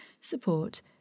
support